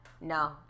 No